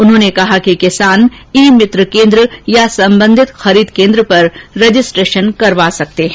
उन्होंने कहा कि किसान ई मित्र केन्द्र या संबंधित खरीद केन्द्र पर रजिस्ट्रेशन करवा सकता है